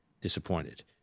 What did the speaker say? disappointed